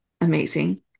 amazing